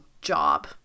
job